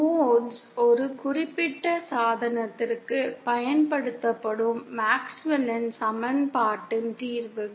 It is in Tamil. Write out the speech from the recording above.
மோட்ஸ் ஒரு குறிப்பிட்ட சாதனத்திற்கு பயன்படுத்தப்படும் மேக்ஸ்வெல்லின் சமன்பாட்டின் தீர்வுகள்